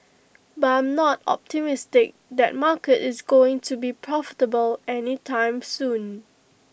but I'm not optimistic that market is going to be profitable any time soon